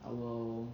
I will